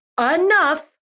enough